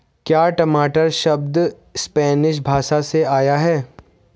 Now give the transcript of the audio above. क्या टमाटर शब्द स्पैनिश भाषा से आया है?